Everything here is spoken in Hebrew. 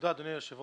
אדוני היושב-ראש,